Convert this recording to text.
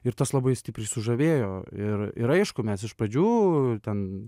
ir tas labai stipriai sužavėjo ir ir aišku mes iš pradžių ten